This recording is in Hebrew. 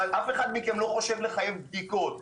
אבל אף אחד מכם לא חושב לחייב בדיקות,